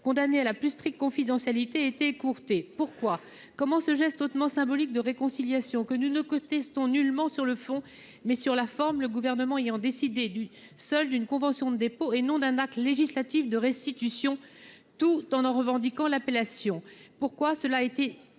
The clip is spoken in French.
condamné à la plus stricte confidentialité été écourtée, pourquoi, comment ce geste hautement symbolique de réconciliation que de côté sont nullement sur le fond mais sur la forme, le gouvernement ayant décidé du seul d'une convention de dépôt et non d'un acte législatif de restitution, tout en en revendiquant l'appellation pourquoi cela a été